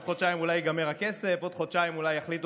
עוד חודשיים אולי ייגמר הכסף,